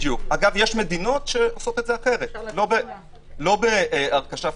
יש מדינות שעושות את זה אחרת לא בהרכשה פיזית.